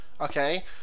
okay